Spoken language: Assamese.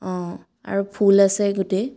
অঁ আৰু ফুল আছে গোটেই